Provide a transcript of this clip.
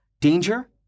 Danger